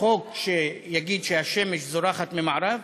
חוק שיגיד שהשמש זורחת במערב,